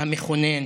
המכונן